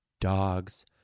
dogs